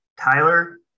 Tyler